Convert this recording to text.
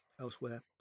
elsewhere